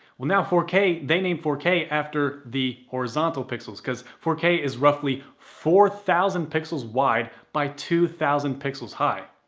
well now four k, they name four k after the horizontal pixels because four k is roughly four thousand pixels wide by two thousand pixels high.